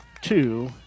two